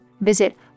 Visit